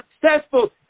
successful